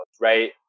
right